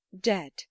dead